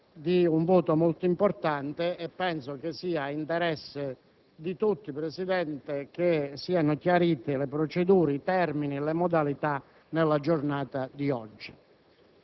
di un voto molto importante e penso sia interesse di tutti, Presidente, che siano chiarite procedure, termini e modalità nella giornata di oggi.